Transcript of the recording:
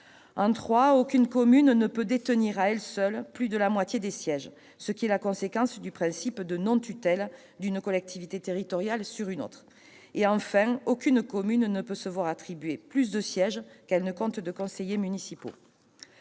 communes ; aucune commune ne peut détenir à elle seule plus de la moitié des sièges, ce qui est la conséquence du principe de non-tutelle d'une collectivité territoriale sur une autre ; enfin, aucune commune ne peut se voir attribuer plus de sièges qu'elle ne compte de conseillers municipaux.